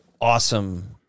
awesome